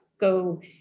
go